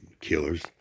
killers